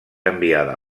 enviada